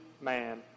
man